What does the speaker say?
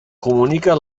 comunica